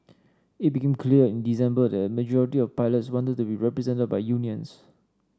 it became clear in December that a majority of pilots wanted to be represented by unions